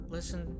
Listen